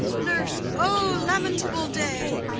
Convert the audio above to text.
nurse. o lamentable day!